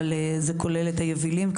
אבל זה כולל גם את המבנים יבילים,